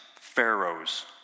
Pharaoh's